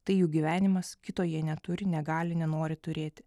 tai jų gyvenimas kito jie neturi negali nenori turėti